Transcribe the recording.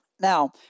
Now